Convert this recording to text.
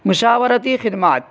مشاورتی خدمات